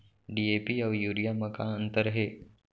DAP अऊ urea म का अंतर हे?